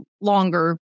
longer